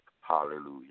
Hallelujah